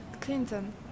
Clinton